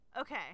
Okay